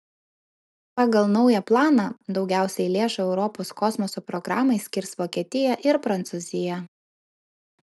pagal naują planą daugiausiai lėšų europos kosmoso programai skirs vokietija ir prancūzija